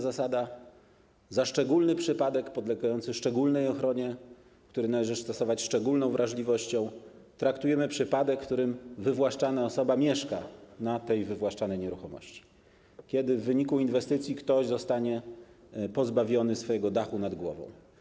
Za przypadek podlegający szczególnej ochronie, który należy stosować ze szczególną wrażliwością, uważamy przypadek, w którym wywłaszczana osoba mieszka na tej wywłaszczanej nieruchomości, czyli kiedy w wyniku inwestycji ktoś zostanie pozbawiony swojego dachu nad głową.